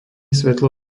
svetlo